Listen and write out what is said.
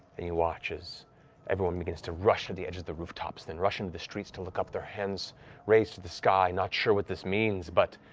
and you watch as everyone begins to rush to the edge of the rooftops, then rush into the streets to look up, their hands raised to the sky, not sure what this means, but